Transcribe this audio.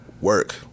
work